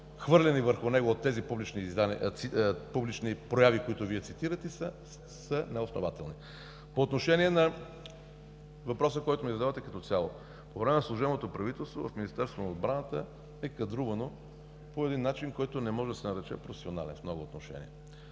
хвърлени върху него от тези публични прояви, които Вие цитирате са неоснователни. По отношение на въпроса, който ми задавате като цяло. По време на служебното правителство в Министерството на отбраната е кадрувано по един начин, който не може да се нарече професионален в много отношения.